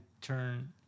turn